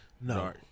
No